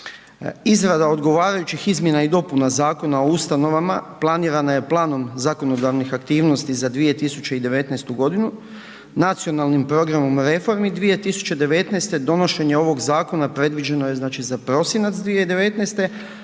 Izrada odgovarajućih izmjena i dopunama Zakona o ustanovama planirana je planom zakonodavnih aktivnosti za 2019. g. Nacionalnim programom reformi 2019. donošenje ovog zakona predviđeno je znači za prosinac 2019.,